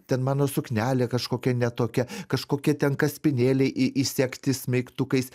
ten mano suknelė kažkokia netokia kažkokie ten kaspinėliai į įsegti smeigtukais